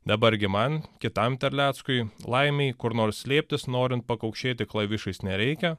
dabar gi man kitam terleckui laimei kur nors slėptis norint pakaukšėti klavišais nereikia